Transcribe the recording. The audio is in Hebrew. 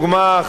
לדוגמה,